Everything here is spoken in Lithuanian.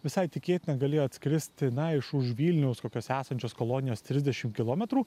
visai tikėtina galėjo atskristi iš už vilniaus kokios esančios kolonijos trisdešim kilometrų